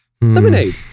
Lemonade